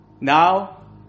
now